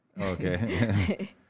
Okay